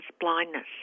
blindness